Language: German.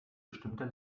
bestimmter